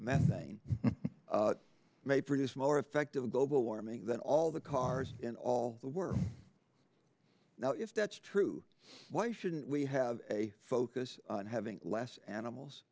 methane may produce more effective global warming than all the cars in all the world now if that's true why shouldn't we have a focus on having less animals